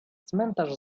cmentarz